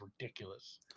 ridiculous